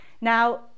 Now